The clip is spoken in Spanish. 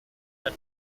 con